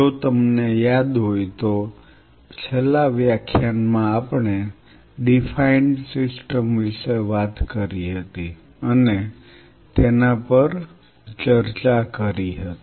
જો તમને યાદ હોય તો છેલ્લા વ્યાખ્યાન માં આપણે ડીફાઈન્ડ સિસ્ટમ વિશે વાત કરી હતી અને તેના પર ચર્ચા કરી હતી